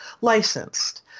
licensed